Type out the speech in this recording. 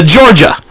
Georgia